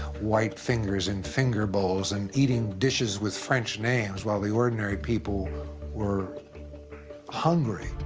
white fingers in finger bowls and eating dishes with french names while the ordinary people were hungry.